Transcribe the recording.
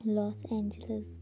loss Angeles